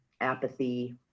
apathy